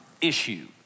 issue